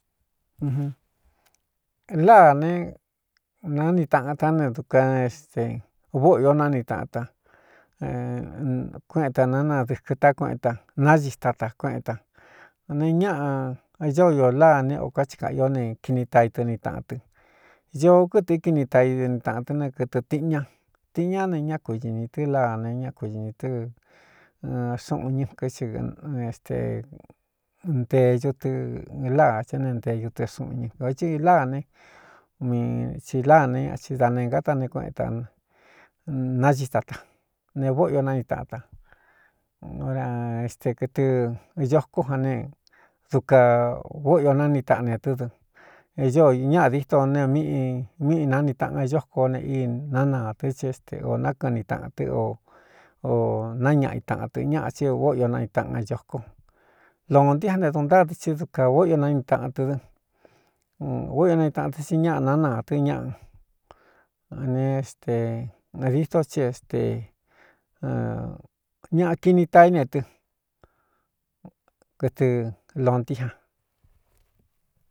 Nláa ne nani taꞌan tán ne duka n éste vóꞌo io náni taꞌanta kueꞌen ta nánadɨkɨ tá kueꞌnta náñi stata kueꞌen ta ne ñaꞌa ī iō láa ne o ka ci kāꞌa ió ne kini taa i tɨni tāꞌan tɨ ñoo kɨtɨ̄kini taa ini tāꞌan tɨ́ ne kɨtɨ tiꞌin ña tiꞌin ña ne ñá kui ñinī tɨ́ láa ne ñá kui ñinī tɨ́ xuꞌun ñɨkɨ́ i neste ntee ñutɨ láa chá ne ntee ñutɨ xuꞌun ñɨkn ō tsɨ láa ne umi ci láa ne ñati da ne ngáta ne kueꞌentā nasii tata ne vóꞌo io náni taꞌan ta oraeste kɨtɨ īocó ja ne duka vóꞌo o náni taꞌanetɨ́ dɨ ñaꞌa dîto ne mꞌ míꞌi náni taꞌan yóko o ne í nánaatɨ́ ci éste ō nākɨɨni tāꞌan tɨ́ o o nañaꞌa i taꞌan tɨ ñaꞌa tsí vóꞌo io nani taꞌán ioko lonti jan nte dun ntáadɨ tsí duka óꞌo io náni taꞌan tɨ dɨ vóꞌu o nani taꞌan tɨ tsi ñáꞌa nánaatɨ́ ñaꞌa ne ésteditó ci éste ñaꞌa kini ta íne tɨ kɨtɨ lontí ja.